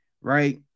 right